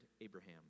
Abraham